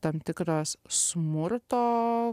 tam tikras smurto